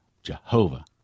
Jehovah